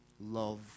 love